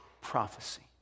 prophecy